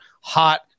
hot